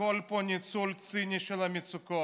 הכול פה ניצול ציני של המצוקות.